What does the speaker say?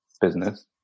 business